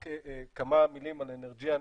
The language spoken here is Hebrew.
רק כמה מילים על אנרג'יאן,